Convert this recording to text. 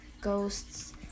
ghosts